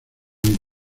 mis